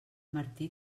martí